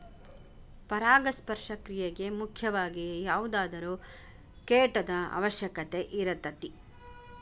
ಪರಾಗಸ್ಪರ್ಶ ಕ್ರಿಯೆಗೆ ಮುಖ್ಯವಾಗಿ ಯಾವುದಾದರು ಕೇಟದ ಅವಶ್ಯಕತೆ ಇರತತಿ